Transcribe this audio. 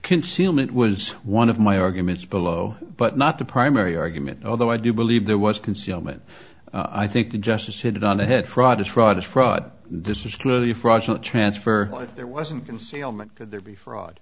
consume it was one of my arguments below but not the primary argument although i do believe there was concealment i think the justice hit it on the head fraud is fraud is fraud this is clearly a fraudulent transfer there wasn't concealment could there be fraud